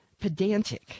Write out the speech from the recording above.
pedantic